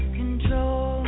control